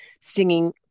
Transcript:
singing